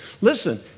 listen